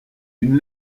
une